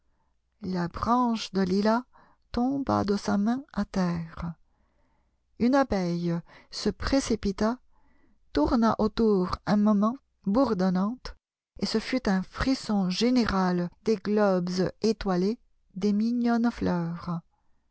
la branche de lilas tomba de sa main à terre une abeille se précipita tourna autour un moment bourdonnante et ce fut un frisson général des globes étoilés des mignonnes fleurs